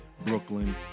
Brooklyn